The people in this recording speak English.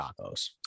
tacos